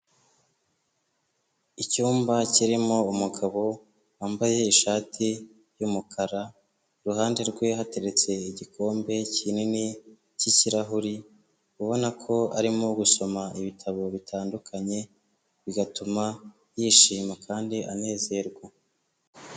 Icyumba kirimo umugabo wambaye ishati y'umukara iruhande rwe hateretse igikombe kinini cy'ikirahure ubona ko arimo gusoma ibitabo bitandukanye bigatuma yishima kandi anezerwa.